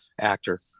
actor